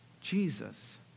Jesus